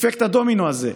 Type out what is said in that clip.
אפקט הדומינו הזה,